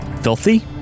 filthy